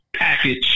package